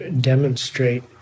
demonstrate